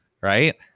right